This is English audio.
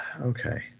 okay